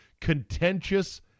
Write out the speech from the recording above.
contentious